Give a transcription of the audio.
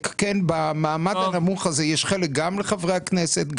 במעמד הנמוך הזה יש חלק גם לחברי הכנסת,